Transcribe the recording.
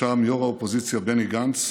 ובראשם יו"ר האופוזיציה בני גנץ,